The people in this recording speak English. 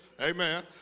Amen